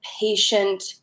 patient